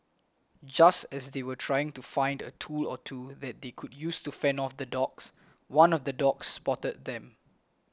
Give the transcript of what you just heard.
just as they were trying to find a tool or two that they could use to fend off the dogs one of the dogs spotted them